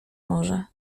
może